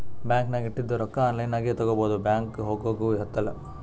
bank ನಾಗ್ ಇಟ್ಟಿದು ರೊಕ್ಕಾ ಆನ್ಲೈನ್ ನಾಗೆ ತಗೋಬೋದು ಬ್ಯಾಂಕ್ಗ ಹೋಗಗ್ದು ಹತ್ತಲ್